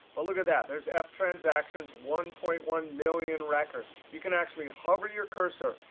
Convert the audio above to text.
but look at that. there's ah ftransactions, one point one million records. you can actually hover your cursor.